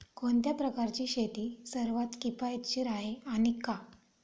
कोणत्या प्रकारची शेती सर्वात किफायतशीर आहे आणि का?